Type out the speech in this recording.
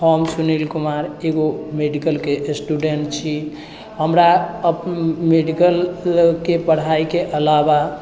हम सुनील कुमार एगो मेडिकलके स्टुडेन्ट छी हमरा मेडिकलके पढ़ाइके अलावा